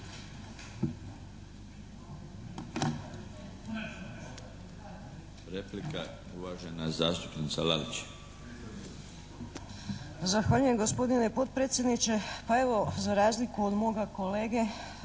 Lalić. **Lalić, Ljubica (HSS)** Zahvaljujem gospodine potpredsjedniče. Pa evo, za razliku od moga kolege